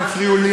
לפי עניות דעתי,